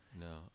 no